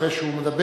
אחרי שהוא מדבר,